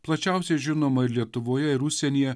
plačiausiai žinoma lietuvoje ir užsienyje